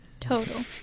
total